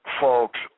folks